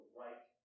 right